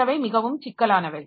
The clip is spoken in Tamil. மற்றவை மிகவும் சிக்கலானவை